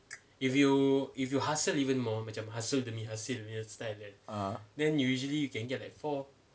(uh huh)